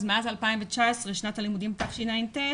מאז 2019 שנת הלימודים תשע"ט